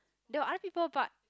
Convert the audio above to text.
there were other people but